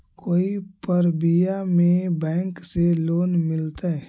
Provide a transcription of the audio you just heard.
कोई परबिया में बैंक से लोन मिलतय?